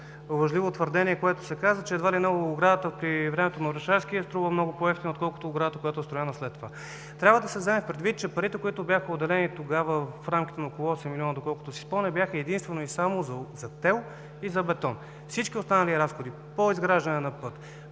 лъжливо твърдение, в което се каза, че едва ли не оградата по времето на Орешарски е струвала много по-евтино, отколкото оградата, която е строена след това. Трябва да се вземе предвид, че парите, които бяха отделени тогава в рамките на около 8 милиона, доколкото си спомням, бяха единствено и само за тел и за бетон. Всички останали разходи по изграждане на път,